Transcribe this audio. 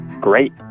great